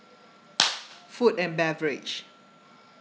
food and beverage